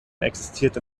existierte